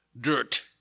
dirt